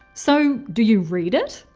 so, do you read it?